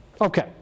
Okay